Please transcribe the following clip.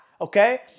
Okay